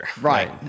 Right